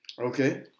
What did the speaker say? Okay